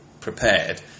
prepared